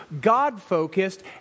God-focused